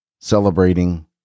celebrating